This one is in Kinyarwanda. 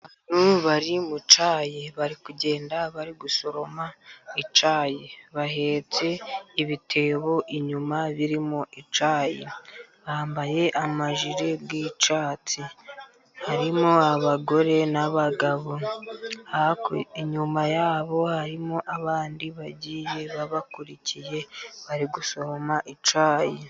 Abantu bari mu cyayi bari kugenda bari gusoroma icyayi, bahetse ibitebo inyuma birimo icyayi, bambaye amajire y'icyatsi, harimo abagore n'abagabo, inyuma yabo harimo abandi bagiye babakurikiye bari gusoroma icyayi.